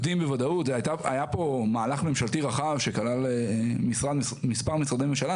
היה פה מהלך ממשלתי רחב שכלל מספר משרדי ממשלה.